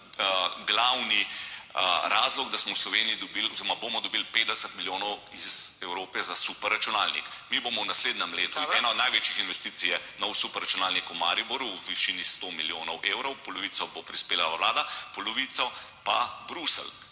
glavni razlog, da smo v Sloveniji dobili oziroma bomo dobili 50 milijonov iz Evrope za super računalnik. Mi bomo v naslednjem letu, ena največjih investicij je nov super računalnik v Mariboru v višini sto milijonov evrov, polovico bo prispevala vlada, polovico pa Bruselj,